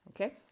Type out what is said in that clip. Okay